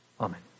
Amen